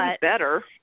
better